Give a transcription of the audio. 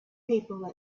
people